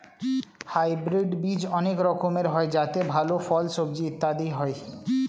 hybrid বীজ অনেক রকমের হয় যাতে ভালো ফল, সবজি ইত্যাদি হয়